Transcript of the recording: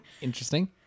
Interesting